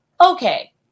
Okay